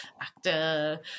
Actor